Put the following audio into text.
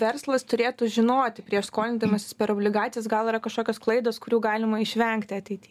verslas turėtų žinoti prieš skolindamasis per obligacijas gal yra kažkokios klaidos kurių galima išvengti ateity